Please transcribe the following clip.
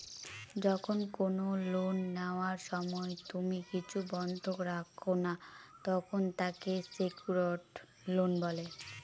যখন কোনো লোন নেওয়ার সময় তুমি কিছু বন্ধক রাখো না, তখন তাকে সেক্যুরড লোন বলে